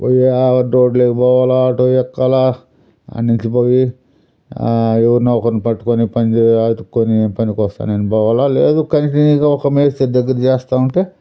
ఈయ రోడ్లోకి పోవాలా ఆటో ఎక్కాల ఆడ్నుంచి పోయి ఎవర్నో ఒక్కరిని పట్టుకొని పని చే వెతుక్కొని పనికొస్తాను అని పోవాల లేదు కంటిన్యూగా ఒక మేస్త్రి దగ్గర చేస్తూ ఉంటే